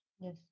Yes